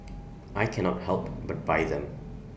I cannot help but buy them